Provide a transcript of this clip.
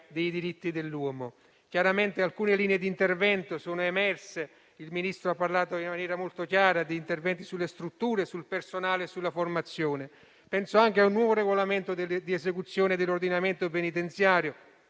dei diritti dell'uomo. Chiaramente alcune linee di intervento sono emerse. Il Ministro ha parlato in maniera molto chiara di interventi sulle strutture, sul personale e sulla formazione. Penso anche al nuovo regolamento di esecuzione dell'ordinamento penitenziario